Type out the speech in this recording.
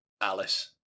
Alice